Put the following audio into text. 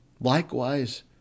Likewise